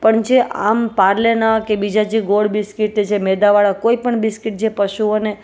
પણ જે આમ પારલેનાં કે બીજા જે ગોળ બિસ્કીટ જે મેંદાવાળા કોઈ પણ બિસ્કીટ જે પશુઓને